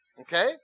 Okay